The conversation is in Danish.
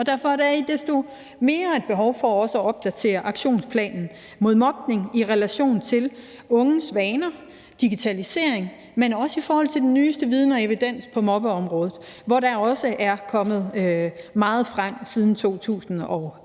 derfor er det desto mere et behov for også at opdatere aktionsplanen mod mobning i relation til unges vaner, digitalisering, men også i forhold til den nyeste viden og evidens på mobbeområdet, hvor der også er kommet meget frem siden 2016.